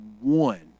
one